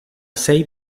sei